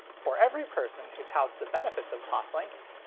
for every person who touts the benefits of toslink,